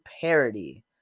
parody